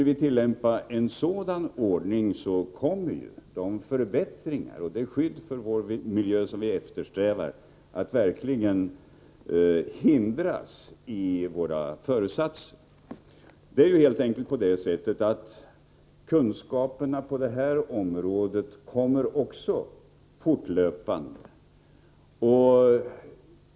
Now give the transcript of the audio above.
Om vi tillämpar en sådan ordning, kommer vi verkligen att hindras i förverkligandet av våra föresatser att uppnå förbättringar i skyddet för vår miljö. Det är helt enkelt så, att nya kunskaper fortlöpande kommer till på det här området.